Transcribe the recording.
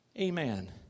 Amen